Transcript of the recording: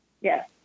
Yes